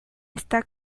está